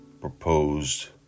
proposed